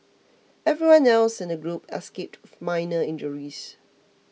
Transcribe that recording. everyone else in the group escaped with minor injuries